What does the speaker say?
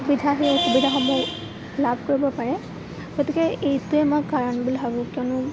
সেই সুবিধাসমূহ লাভ কৰিব পাৰে গতিকে এইটোৱে মই কাৰণ বুলি ভাবোঁ কিয়নো